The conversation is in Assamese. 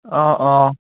অঁ অঁ